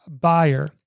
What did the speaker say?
buyer